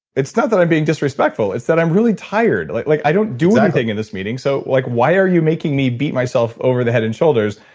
it's not that i'm being disrespectful, it's that i'm really tired. exactly like like i don't do anything in this meeting, so like why are you making me beat myself over the head and shoulders?